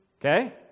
Okay